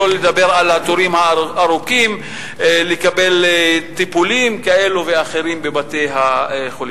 שלא לדבר על התורים הארוכים לקבלת טיפולים כאלה ואחרים בבתי-החולים.